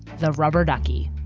the rubber ducky